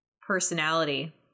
personality